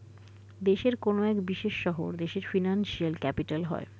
দেশের কোনো এক বিশেষ শহর দেশের ফিনান্সিয়াল ক্যাপিটাল হয়